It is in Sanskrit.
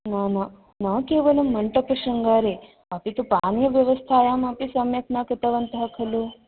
न न न केवलं मन्डपशृङ्गारे अपि तु पानीयव्यवस्थायामपि सम्यक् न कृतवन्तः खलु